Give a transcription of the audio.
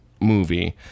movie